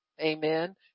amen